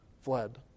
fled